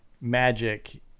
magic